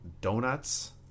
donuts